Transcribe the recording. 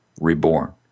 reborn